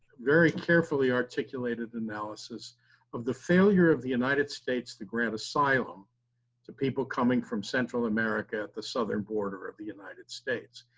very carefully articulated analysis of the failure of the united states to grant asylum to people coming from central america at the southern border of the united states.